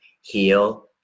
heal